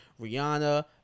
Rihanna